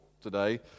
today